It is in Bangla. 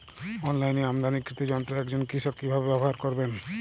অনলাইনে আমদানীকৃত যন্ত্র একজন কৃষক কিভাবে ব্যবহার করবেন?